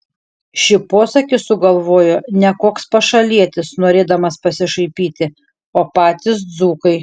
šį posakį sugalvojo ne koks pašalietis norėdamas pasišaipyti o patys dzūkai